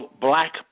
black